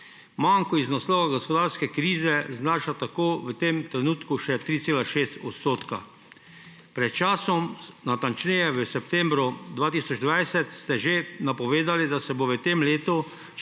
Manko iz naslova gospodarske krize znaša tako v tem trenutku še 3,6 %. Pred časom, natančneje v septembru 2020 ste že napovedali, da se bo v tem letu,